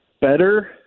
better